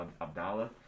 Abdallah